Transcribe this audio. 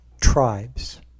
tribes